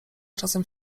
czasem